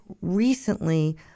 recently